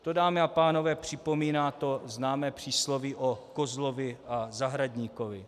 To, dámy a pánové, připomíná to známé přísloví o kozlovi a zahradníkovi.